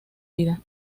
vida